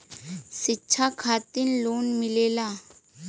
शिक्षा खातिन लोन मिलेला?